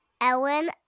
Ellen